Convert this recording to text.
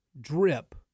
drip